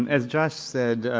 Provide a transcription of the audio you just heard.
as josh said,